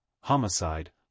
homicide